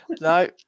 no